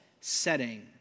setting